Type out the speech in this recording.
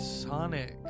sonic